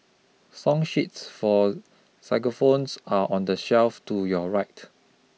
song sheets for xylophones are on the shelf to your right